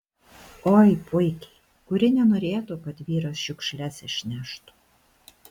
oi puikiai kuri nenorėtų kad vyras šiukšles išneštų